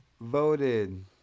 voted